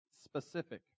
specific